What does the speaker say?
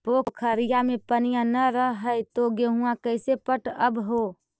पोखरिया मे पनिया न रह है तो गेहुमा कैसे पटअब हो?